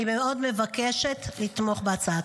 אני מאוד מבקשת לתמוך בהצעה.